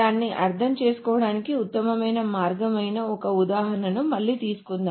దాన్ని అర్థం చేసుకోవడానికి ఉత్తమమైన మార్గం అయిన ఒక ఉదాహరణను మళ్ళీ తీసుకుందాం